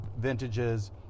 vintages